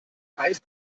heißt